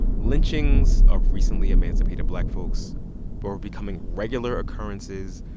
lynchings of recently emancipated black folks but were becoming regular occurrences.